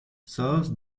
serves